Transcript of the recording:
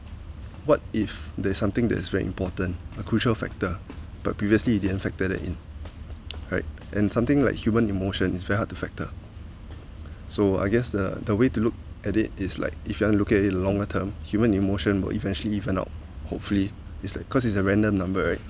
what if there's something that is very important a crucial factor but previously you didn't factor that right and something like human emotion is very hard to factor so I guess the the way to look at it is like if you want look at a longer term human emotion will eventually even out hopefully it's like cause it's a random number right